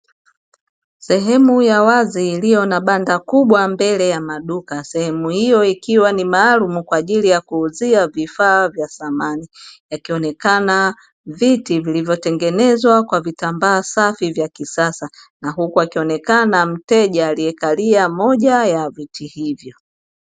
Sehemu ya wazi iliyo na banda kubwa mbele ya duka, sehemu hiyo ikiwa maalum kwaajili ya kuuzia vifaa vya samani, yakionekana viti vilivyo tengenezwa kwa vitambaa safi vya kisasa na huku akionekana mteja aliyekalia moja ya viti hivyo.